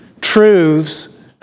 truths